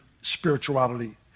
spirituality